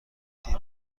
دیر